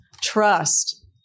trust